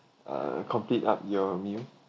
uh complete up your meal